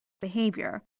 Behavior